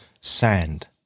sand